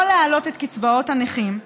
לא להעלות את קצבאות הנכים,